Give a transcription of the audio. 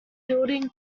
fielding